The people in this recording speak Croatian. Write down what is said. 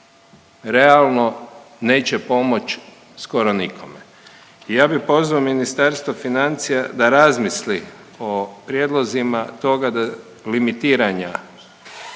realno neće pomoć skoro nikome i ja bi pozvao Ministarstvo financija da razmisli o prijedlozima toga da limitiranja